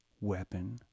weapon